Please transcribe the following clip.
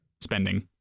spending